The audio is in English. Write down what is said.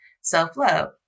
self-love